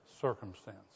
circumstance